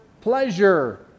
pleasure